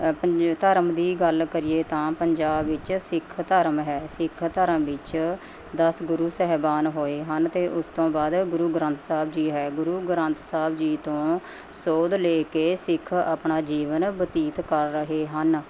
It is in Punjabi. ਪੰਜ ਧਰਮ ਦੀ ਗੱਲ ਕਰੀਏ ਤਾਂ ਪੰਜਾਬ ਵਿੱਚ ਸਿੱਖ ਧਰਮ ਹੈ ਸਿੱਖ ਧਰਮ ਵਿੱਚ ਦਸ ਗੁਰੂ ਸਾਹਿਬਾਨ ਹੋਏ ਹਨ ਅਤੇ ਉਸ ਤੋਂ ਬਾਅਦ ਗੁਰੂ ਗ੍ਰੰਥ ਸਾਹਿਬ ਜੀ ਹੈ ਗੁਰੂ ਗ੍ਰੰਥ ਸਾਹਿਬ ਜੀ ਤੋਂ ਸੋਧ ਲੈ ਕੇ ਸਿੱਖ ਆਪਣਾ ਜੀਵਨ ਬਤੀਤ ਕਰ ਰਹੇ ਹਨ